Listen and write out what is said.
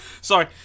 Sorry